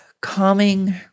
calming